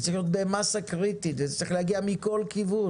זה צריך להיות במסה קריטית וזה צריך להגיע מכל כיוון.